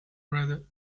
read